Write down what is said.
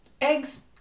eggs